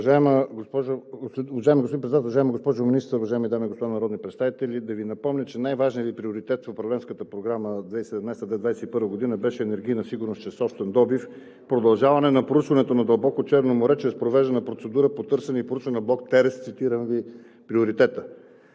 уважаема госпожо Министър, уважаеми дами и господа народни представители! Да Ви напомня, че най-важният Ви приоритет в Управленската програма за 2017 – 2021 г. беше енергийна сигурност чрез собствен добив, продължаване на проучването на дълбоко Черно море чрез провеждане на процедура по търсене и проучване на „Блок Терес“ – цитирам Ви приоритета.